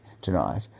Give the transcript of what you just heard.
tonight